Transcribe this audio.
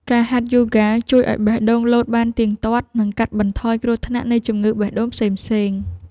ការហាត់យូហ្គាជួយឱ្យបេះដូងលោតបានទៀងទាត់ និងកាត់បន្ថយគ្រោះថ្នាក់នៃជំងឺបេះដូងផ្សេងៗ។